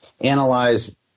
analyze